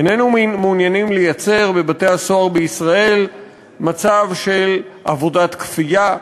איננו מעוניינים ליצור בבתי-הסוהר בישראל מצב של עבודת כפייה,